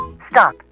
stop